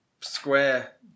square